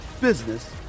business